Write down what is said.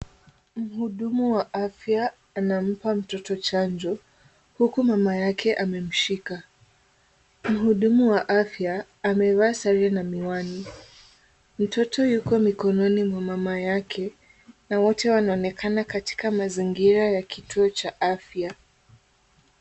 Mhudumu wa afya anampa mtoto chanjo, huku mama yake amemshika. Mhudumu wa afya amevaa sare na miwani. Mtoto yuko mikononi mwa mama yake na wote wanaonekana katika mazingira ya kituo cha afya.